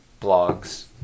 blogs